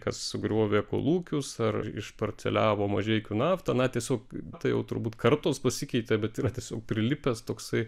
kas sugriovė kolūkius ar išparceliavo mažeikių naftą na tiesiog tai jau turbūt kartos pasikeitė bet yra tiesiog prilipęs toksai